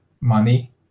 money